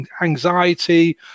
anxiety